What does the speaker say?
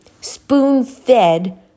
spoon-fed